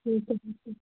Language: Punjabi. ਠੀਕ ਹੈ ਜੀ ਠੀਕ